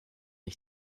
ich